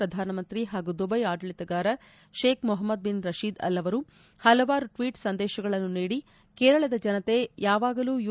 ಪ್ರಧಾನಮಂತ್ರಿ ಹಾಗೂ ದುಬ್ಬೆ ಆಡಳಿತಗಾರ Sheikh Mohammed bin Rashid Al ಅವರು ಪಲವಾರು ಟ್ಲೀಟ್ ಸಂದೇಶಗಳನ್ನು ನೀಡಿ ಕೇರಳದ ಜನತೆ ಯಾವಾಗಲೂ ಯು